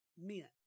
men